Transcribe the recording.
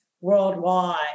worldwide